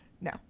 No